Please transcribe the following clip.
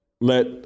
let